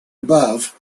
above